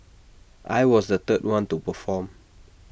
I was the third one to perform